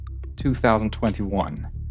2021